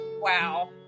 Wow